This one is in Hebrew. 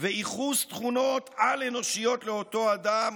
וייחוס תכונות על-אנושיות לאותו אדם,